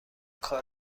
کار